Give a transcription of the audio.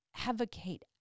advocate